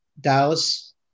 Dallas